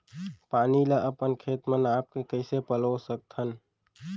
पानी ला अपन खेत म नाप के कइसे पलोय सकथन?